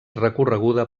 recorreguda